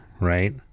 right